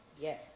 Yes